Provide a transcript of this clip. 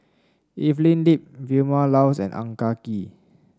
Evelyn Lip Vilma Laus and Ang Ah Tee